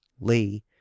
Lee